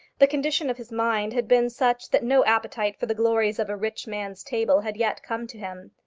the condition of his mind had been such that no appetite for the glories of a rich man's table had yet come to him.